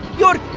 you're.